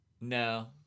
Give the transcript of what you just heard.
No